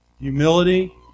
humility